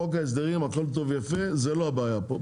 חוק ההסדרים הכל טוב ויפה זה לא הבעיה פה.